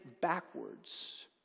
backwards